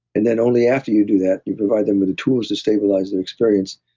and then only after you do that, you provide them with the tools to stabilize their experience.